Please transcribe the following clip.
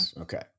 Okay